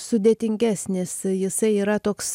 sudėtingesnis jisai yra toks